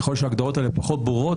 ככל שההגדרות האלה פחות ברורות,